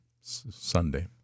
Sunday